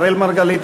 אראל מרגלית,